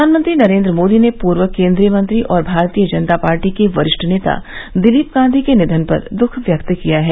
प्रधानमंत्री नरेन्द्र मोदी ने पूर्व केन्द्रीय मंत्री और भारतीय जनता पार्टी के वरिष्ठ नेता दिलीप गांधी के निधन पर दुःख व्यक्त किया है